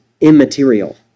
immaterial